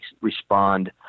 respond